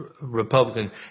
Republican